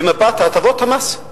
מפת הטבות מס,